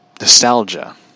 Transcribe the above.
Nostalgia